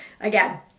again